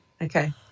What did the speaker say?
Okay